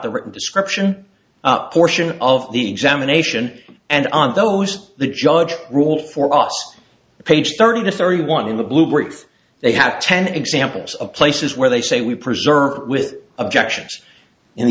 the written description up portion of the examination and on those the judge ruled for us page thirty to thirty one in the blue brief they have ten examples of places where they say we preserve with objections